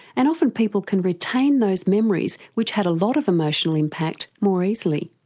and often people can retain those memories which had a lot of emotional impact more easily.